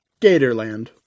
Gatorland